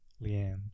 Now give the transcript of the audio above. Leanne